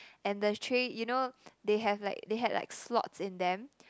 and the tray you know they have like they had like slots in them